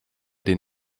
den